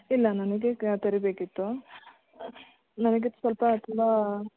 ಇಲ್ಲ ನನಗೆ ತೆರಿಬೇಕಿತ್ತು ನನಗೆ ಸ್ವಲ್ಪ ಅದೆಲ್ಲ